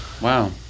Wow